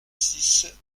six